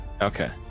Okay